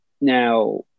Now